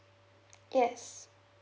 yes